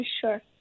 Sure